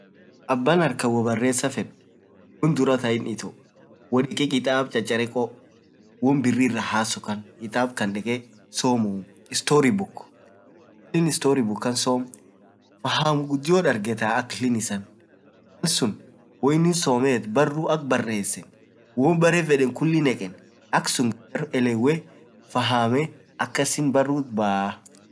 abaa harkaan woa baresaa fed woan duraa taa inin itoo, dekee kitaab chachareko woan birii iraa hasoo kaan dekee kitaab kaan soomuu, storry book maalin storry book kaan soam fahamuu gudio dargetaa aklii issan malsun, baruu ak bareseen baruu barekulii nekeen, gargar elewee fahamee akasin barut baa.